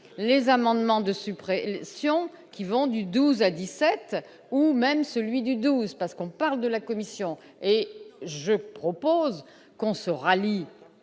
les amendements de suppression Sion qui vont 12 à 17 ou même celui du 12 parce qu'on parle de la Commission et je propose qu'on se rallie